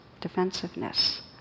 defensiveness